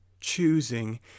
choosing